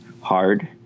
hard